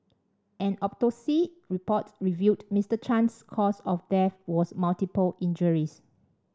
an autopsy report revealed Mister Chan's cause of death as multiple injuries